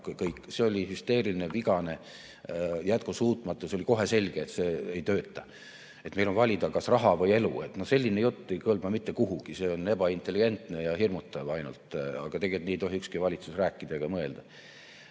See oli hüsteeriline, vigane, jätkusuutmatu. See oli kohe selge, et see ei tööta. Et meil on valida, kas raha või elu – no selline jutt ei kõlba mitte kuhugi, see on ebaintelligentne ja hirmutav ainult, aga tegelikult nii ei tohi ükski valitsus rääkida ega mõelda.